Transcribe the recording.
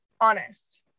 Honest